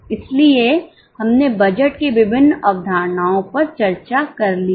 इसलिए हमने बजट की विभिन्न अवधारणाओं पर चर्चा कर ली है